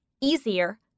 easier